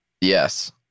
Yes